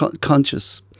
conscious